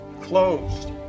closed